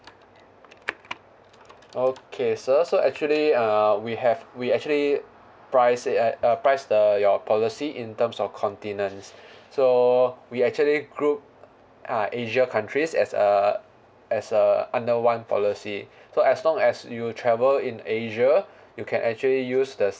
okay sir so actually uh we have we actually price it at uh price the your policy in terms of continents so we actually group uh asia countries as a as a under one policy so as long as you travel in asia you can actually use the